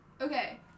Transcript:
Okay